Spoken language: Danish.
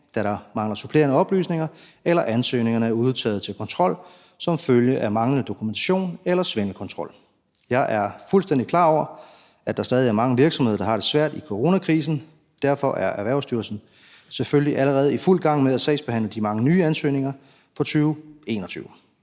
da der mangler supplerende oplysninger eller ansøgningerne er udtaget til kontrol som følge af manglende dokumentation eller svindelkontrol. Jeg er fuldstændig klar over, at der stadig er mange virksomheder, der har det svært i coronakrisen. Derfor er Erhvervsstyrelsen selvfølgelig allerede i fuld gang med at sagsbehandle de mange nye ansøgninger fra 2021.